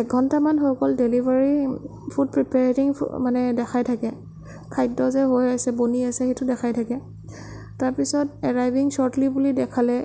এঘণ্টা মান হৈ গ'ল ডেলিভাৰী ফুড প্ৰিপেয়াৰিং মানে দেখাই থাকে খাদ্য যে হৈ আছে বনি আছে সেইটো দেখাই থাকে তাৰপিছত এৰাইভিং শ্বৰ্টলি বুলি দেখালে